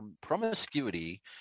promiscuity